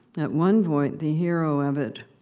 at one point the hero of it,